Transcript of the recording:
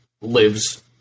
lives